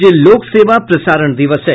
आज लोक सेवा प्रसारण दिवस है